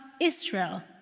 Israel